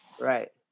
Right